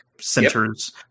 centers